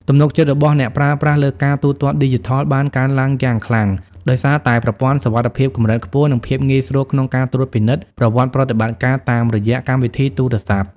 ទំនុកចិត្តរបស់អ្នកប្រើប្រាស់លើការទូទាត់ឌីជីថលបានកើនឡើងយ៉ាងខ្លាំង ដោយសារតែប្រព័ន្ធសុវត្ថិភាពកម្រិតខ្ពស់ និងភាពងាយស្រួលក្នុងការត្រួតពិនិត្យប្រវត្តិប្រតិបត្តិការតាមរយៈកម្មវិធីទូរស័ព្ទ។